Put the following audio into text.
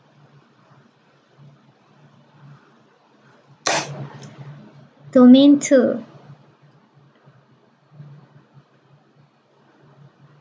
domain two